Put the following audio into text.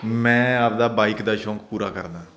ਮੈਂ ਆਪਦਾ ਬਾਈਕ ਦਾ ਸ਼ੌਕ ਪੂਰਾ ਕਰਦਾ